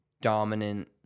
dominant